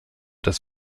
das